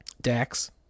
Dax